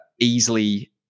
easily